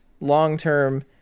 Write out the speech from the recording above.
long-term